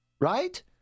right